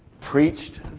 preached